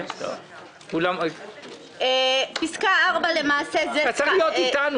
אתה צריך להיות איתנו.